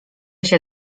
się